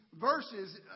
verses